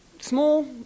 Small